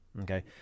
Okay